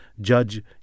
judge